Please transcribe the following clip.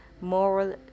moral